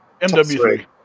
MW3